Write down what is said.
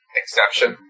exception